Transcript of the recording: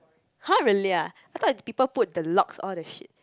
!huh! really ah I thought is people put the locks all the shit